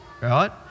right